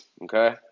okay